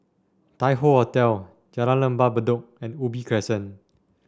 Tai Hoe Hotel Jalan Lembah Bedok and Ubi Crescent